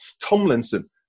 Tomlinson